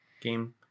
game